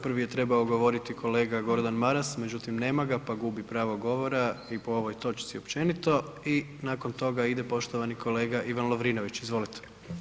Prvi je trebao govoriti kolega Gordan Maras međutim nema ga pa gubi pravo govora i po ovoj točci općenito i nakon toga ide poštovani kolega Ivan Lovrinović, izvolite.